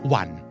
one